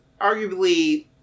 arguably